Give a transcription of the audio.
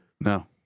No